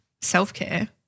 self-care